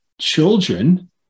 children